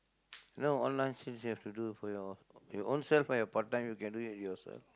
you know online sales you have to do for your your own self ah your part-time you can do it for yourself